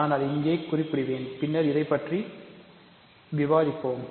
நான் அதை இங்கே குறிப்பிடுவேன் பின்னர் இதைப் பற்றி விவாதிப்போம்